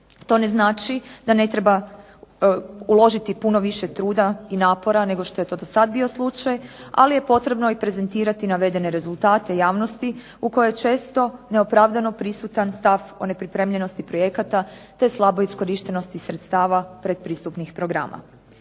To ne znači da ne treba uložiti puno više truda i napora nego što je to dosad bio slučaj, ali je potrebno i prezentirati navedene rezultate javnosti u koje često neopravdano prisutan stav o nepripremljenosti projekata te slaboj iskorištenosti sredstava predpristupnih programa.